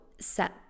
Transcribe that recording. set